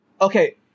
Okay